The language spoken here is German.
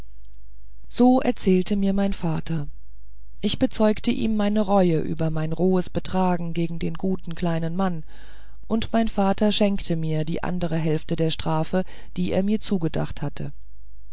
so erzählte mir mein vater ich bezeugte ihm meine reue über mein rohes betragen gegen den guten kleinen mann und mein vater schenkte mir die andere hälfte der strafe die er mir zugedacht hatte